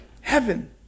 Heaven